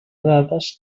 dades